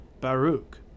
Baruch